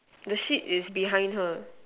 the seat is behind her